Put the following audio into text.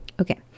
Okay